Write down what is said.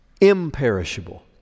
imperishable